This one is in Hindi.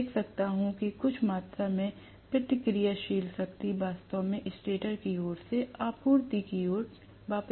मैं देख सकता हूं कि कुछ मात्रा में प्रतिक्रियाशील शक्ति वास्तव में स्टेटर की ओर से आपूर्ति की ओर वापस आ जाती है